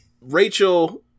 Rachel